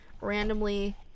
randomly